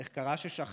איך קרה ששכחנו?